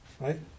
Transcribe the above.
right